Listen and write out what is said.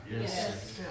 Yes